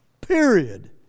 period